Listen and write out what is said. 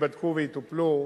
שייבדקו ויטופלו,